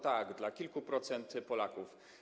Tak, dla kilku procent Polaków.